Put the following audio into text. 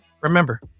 Remember